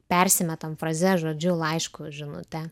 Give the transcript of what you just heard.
persimetam fraze žodžiu laišku žinute